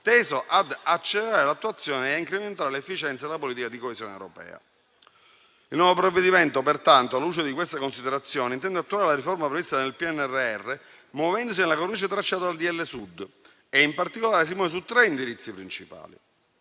teso ad accelerare l'attuazione e ad incrementare l'efficienza della politica di coesione europea. Il nuovo provvedimento, pertanto, alla luce di queste considerazioni, intende attuare le riforme previste nel PNRR muovendosi nella cornice tracciata dal decreto-legge Sud e in particolare si muove su tre indirizzi principali: